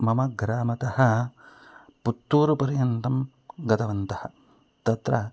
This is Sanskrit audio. मम ग्रामतः पुत्तूरुपर्यन्तं गतवन्तः तत्र